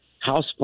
House